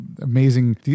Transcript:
amazing